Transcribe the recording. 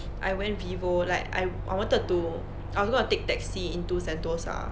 I went vivo like I I wanted to I was gonna take taxi into sentosa